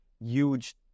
huge